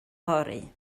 fory